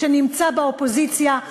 שנמצא באופוזיציה,